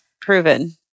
proven